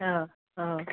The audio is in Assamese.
অঁ অঁ